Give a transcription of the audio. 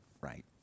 right